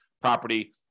property